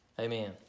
Amen